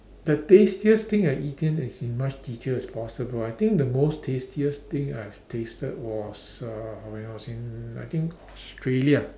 the tastiest thing I've eaten is in much detail as possible I think the most tastiest thing I've tasted was uh when I was in I think Australia